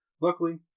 Luckily